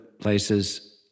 places